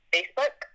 Facebook